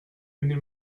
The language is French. venez